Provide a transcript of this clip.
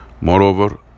Moreover